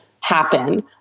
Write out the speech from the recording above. happen